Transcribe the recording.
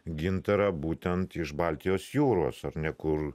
gintarą būtent iš baltijos jūros ar ne kur